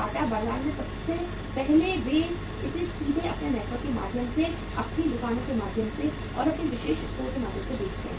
बाटा बाजार में सबसे पहले वे इसे सीधे अपने नेटवर्क के माध्यम से अपनी दुकानों के माध्यम से और अपने विशेष स्टोर के माध्यम से बेचते हैं